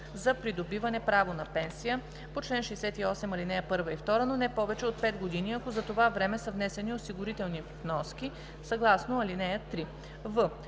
за придобиване право на пенсия по чл. 68, ал. 1 и 2, но не повече от 5 години, ако за това време са внесени осигурителни вноски съгласно ал.